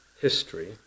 history